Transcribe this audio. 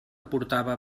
portava